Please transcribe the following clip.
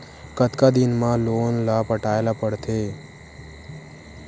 कतका दिन मा लोन ला पटाय ला पढ़ते?